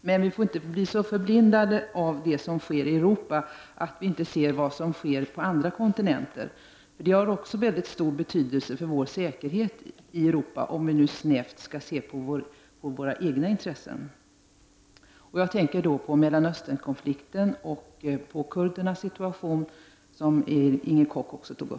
Men vi får inte bli så förblindade av det att vi inte ser vad som sker på andra kontinenter. Det har också stor betydelse för vår säkerhet i Europa, om vi nu snävt skall se till våra egna intressen. Jag tänker då på konflikten i Mellanöstern och kurdernas situation, som också Inger Koch berörde i sitt anförande.